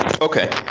Okay